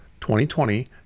2020